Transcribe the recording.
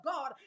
God